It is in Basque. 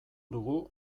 dugu